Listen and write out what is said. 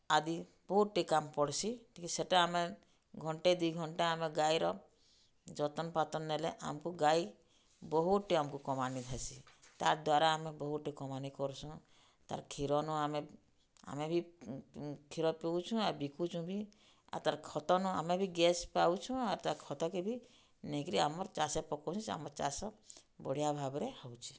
ଆଦି ବହୁତ୍ଟେ କାମ୍ ପଡ଼୍ସି ଟିକେ ସେଟା ଆମେ ଘଣ୍ଟେ ଦି ଘଣ୍ଟେ ଆମେ ଗାଈର ଯତନ୍ ପାତନ୍ ନେଲେ ଆମ୍କୁ ଗାଈ ବହୁତ୍ଟେ ଆମକୁ କମାନି ହେସି ତାର୍ ଦ୍ଵାରା ଆମେ ବହୁତ୍ଟେ କମାନି କର୍ସୁଁ ତାର୍ କ୍ଷୀରନୁ ଆମେ ଆମେ ବି କ୍ଷୀର ପିଉଛୁଁ ଆର୍ ବିକୁଚୁଁ ବି ଆର୍ ତାର୍ ଖତନୁ ଆମେ ବି ଗ୍ୟାସ୍ ପାଉଛୁଁ ଆଉ ଆର୍ ତାର୍ ଖତକେ ବି ନେଇକିରି ଆମର୍ ଚାଷେ ପକଉଚୁ ସେ ଆମର୍ ଚାଷ ବଢ଼ିଆ ଭାବରେ ହଉଛେ